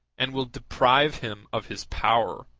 and will deprive him of his power